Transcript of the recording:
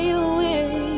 away